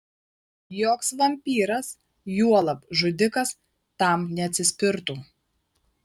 joks vampyras juolab žudikas tam neatsispirtų